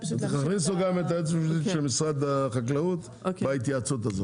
תכניסו גם את היועצת המשפטית של משרד החקלאות בהתייעצות הזאת.